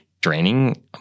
draining